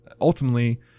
ultimately